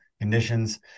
conditions